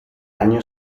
año